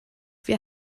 wir